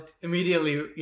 immediately